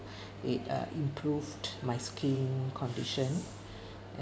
it uh improved my skin condition and